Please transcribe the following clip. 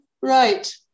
Right